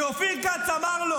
כי אופיר כץ אמר לו,